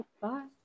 Bye